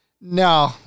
no